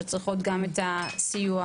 שצריכות גם את הסיוע,